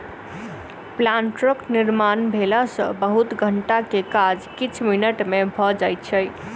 प्लांटरक निर्माण भेला सॅ बहुत घंटा के काज किछ मिनट मे भ जाइत छै